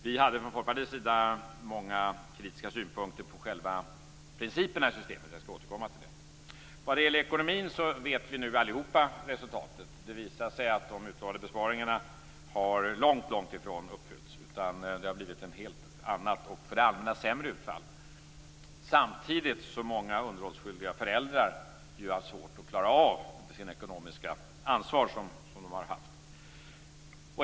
Vi i Folkpartiet hade många kritiska synpunkter på själva principerna i systemet. Jag skall återkomma till det. Vad gäller ekonomin vet vi nu allihop resultatet. Det visade sig att de utlovade besparingarna långt ifrån har uppfyllts. Det har blivit ett helt annat, och för det allmänna sämre, utfall. Samtidigt har många underhållsskyldiga föräldrar svårt att klara av sitt ekonomiska ansvar.